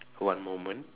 one moment